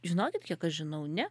žinokit kiek aš žinau ne